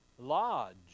lodge